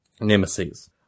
Nemesis